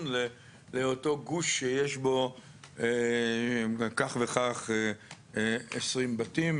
לאותו גוש שיש בו כך וכך 20 בתים.